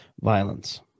violence